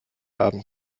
abend